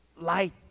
Light